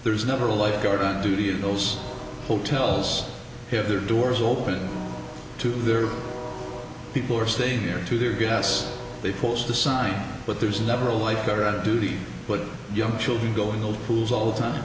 there's never a lifeguard on duty in those hotels have their doors open to their people or stay here to their gas they push the sign but there's never a lifeguard on duty but young children go in the pools all the time